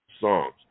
songs